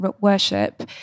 worship